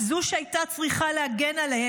זו שהייתה צריכה להגן עליהם,